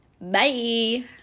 Bye